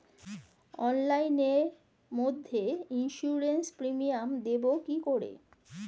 অনলাইনে মধ্যে insurance premium দেবো কি করে?